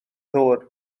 ddŵr